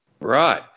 Right